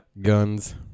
Guns